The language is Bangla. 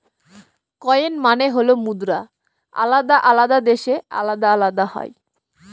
কয়েন মানে হল মুদ্রা আলাদা আলাদা দেশে আলাদা আলাদা হয়